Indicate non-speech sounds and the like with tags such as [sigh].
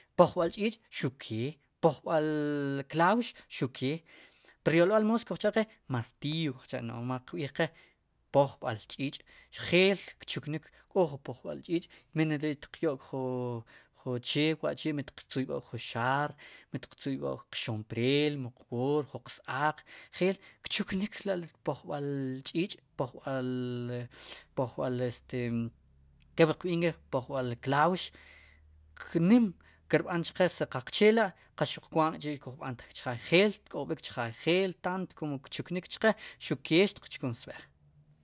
Pojb'al ch'ich' xuq kee pojb'al klaux xuqkee pur yolb'al moos kujcha'qe martillo kujcha' qb'iij qe pojb'al ch'ich' njeel kchuknik pojb'al ch'ich' mineri' tiqyo'k juche wa'chi' mitqtzuyb'ok jun xaar mit qtzuyb'ok qxompreel mu qwoor mu jun qs-aaq njel kchunik la' pojb'al ch'ich' pojb'al, pojb'al [hesitation] este kepli qb'iij nk'i pojb'al klaux nim kirb'an chqe si qaqche la' kwaat k'chi' kuj b'antjik chjaay njeel tk'ob'ik chjaay tanto kom wu tchuknik chqe xuke xtiqchkunsb'ej.